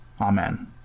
Amen